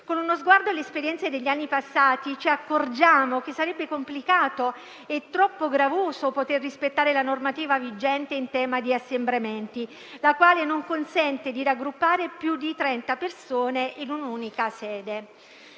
Con uno sguardo alle esperienze degli anni passati, ci accorgiamo che sarebbe complicato e troppo gravoso rispettare la normativa vigente in tema di assembramenti, la quale non consente di raggruppare più di trenta persone in un'unica sede.